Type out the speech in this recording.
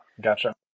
Gotcha